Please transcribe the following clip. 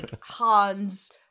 Han's